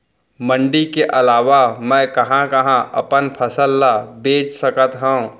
मण्डी के अलावा मैं कहाँ कहाँ अपन फसल ला बेच सकत हँव?